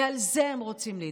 ועל זה הם רוצים להתגבר.